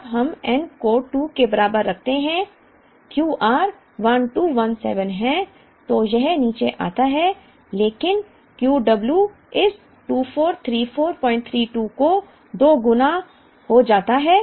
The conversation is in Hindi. जब हम n को 2 के बराबर रखते हैं Q r 1217 है तो यह नीचे आता है लेकिन Q w इस 243432 के दोगुना हो जाता है